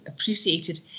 appreciated